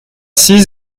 six